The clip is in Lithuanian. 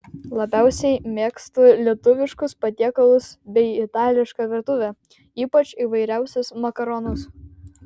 labiausiai mėgstu lietuviškus patiekalus bei itališką virtuvę ypač įvairiausius makaronus